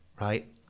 right